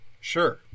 Sure